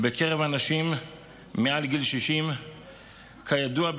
בקרב האנשים מעל גיל 60. כידוע,